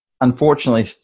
unfortunately